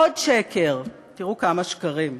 עוד שקר, תראו כמה שקרים: